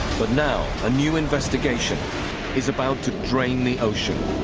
but now a new investigation is about to drain the ocean.